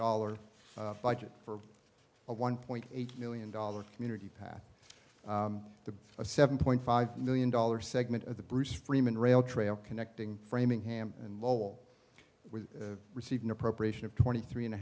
dollars budget for a one point eight million dollars community path to a seven point five million dollars segment of the bruce freeman rail trail connecting framingham and lol with received an appropriation of twenty three and a